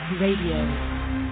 Radio